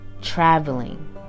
traveling